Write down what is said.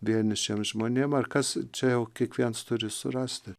vienišiems žmonėm ar kas čia jau kiekvienas turi surasti